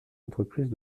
entreprises